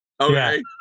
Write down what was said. Okay